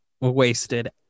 wasted